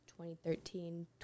2013